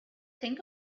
thing